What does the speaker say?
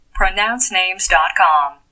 Pronouncenames.com